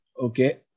okay